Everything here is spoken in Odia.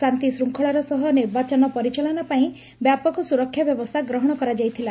ଶାନ୍ତିଶୃଙ୍ଖଳାର ସହ ନିର୍ବାଚନ ପରିଚାଳନା ପାଇଁ ବ୍ୟାପକ ସ୍ୱରକ୍ଷା ବ୍ୟବସ୍ଚା ଗ୍ରହଶ କରାଯାଇଥିଲା